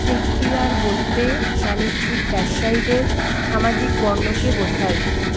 চেট্টিয়ার বলতে বাণিজ্যিক ব্যবসায়ীদের সামাজিক বর্ণকে বোঝায়